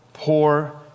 Poor